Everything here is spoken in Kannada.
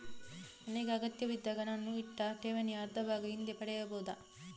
ನನಗೆ ಅಗತ್ಯವಿದ್ದಾಗ ನಾನು ಇಟ್ಟ ಠೇವಣಿಯ ಅರ್ಧಭಾಗ ಹಿಂದೆ ಪಡೆಯಬಹುದಾ?